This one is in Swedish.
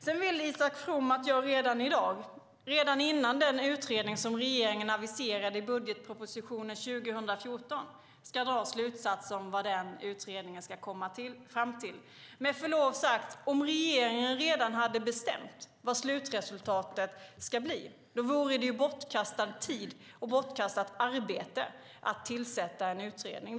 Sedan vill Isak From att jag redan i dag, redan innan den utredning som regeringen aviserade i budgetpropositionen för 2014 har gjorts, ska dra slutsatser om vad den utredningen ska komma fram till. Med förlov sagt: Om regeringen redan hade bestämt vad slutresultatet skulle bli vore det bortkastad tid och bortkastat arbete att tillsätta en utredning.